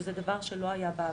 שזה דבר שלא היה בעבר.